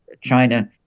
China